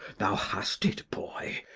thou hast it boy,